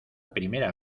primera